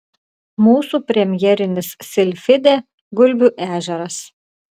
mūsų premjerinis silfidė gulbių ežeras